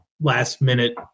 last-minute